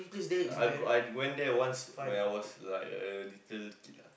I I went there once when I was like a little kid